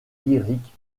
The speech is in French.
lyriques